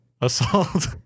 Assault